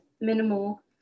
minimal